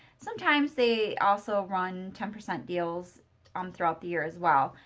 sometimes they also run ten percent deals um throughout the year as well.